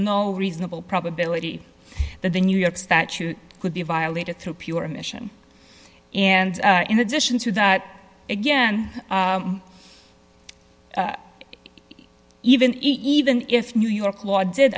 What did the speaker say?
no reasonable probability that the new york statute could be violated through pure emission and in addition to that again even even if new york law did